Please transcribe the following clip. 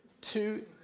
Two